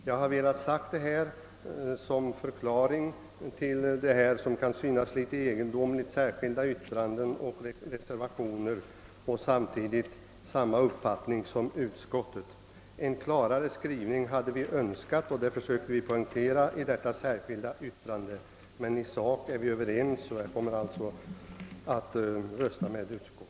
Jag har velat säga detta som förklaring till att man trots reservationer och särskilda yttranden ändå kan företräda samma uppfattning som utskottet. Vi hade önskat en klarare skrivning, vilket vi försökt poängtera genom vårt särskilda yttrande. I sak är vi dock överens, och jag kommer alltså att rösta med utskottet.